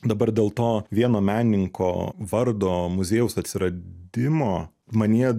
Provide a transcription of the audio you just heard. dabar dėl to vieno menininko vardo muziejaus atsiradimo manyje